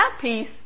peace